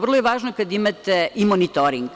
Vrlo je važno je kad imate i monitoring.